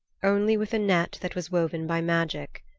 only with a net that was woven by magic.